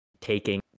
taking